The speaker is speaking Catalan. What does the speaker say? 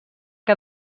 que